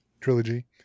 trilogy